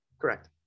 Correct